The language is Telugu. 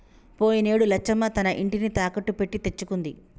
పోయినేడు లచ్చమ్మ తన ఇంటిని తాకట్టు పెట్టి తెచ్చుకుంది